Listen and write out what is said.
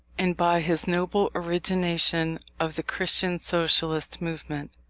and by his noble origination of the christian socialist movement.